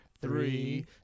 three